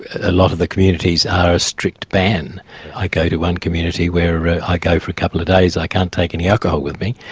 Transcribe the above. a lot of the communities are a strict ban i go to one community where i go for a couple of days, i can't take any alcohol with me.